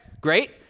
Great